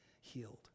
healed